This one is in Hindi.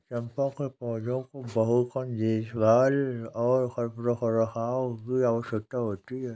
चम्पा के पौधों को बहुत कम देखभाल और रखरखाव की आवश्यकता होती है